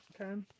okay